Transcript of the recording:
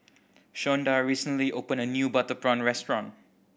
Shonda recently opened a new butter prawn restaurant